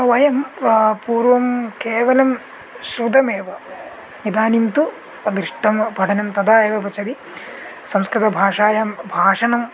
वयं पूर्वं केवलं श्रुतमेव इदानीं तु अभीष्टं पठनं तदा एव उपचरि संस्कृतभाषायां भाषणम्